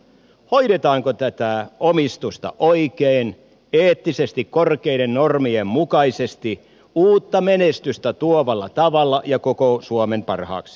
hoidetaanko tätä omistusta oikein eettisesti korkeiden normien mukaisesti uutta menestystä tuovalla tavalla ja koko suomen parhaaksi